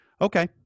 Okay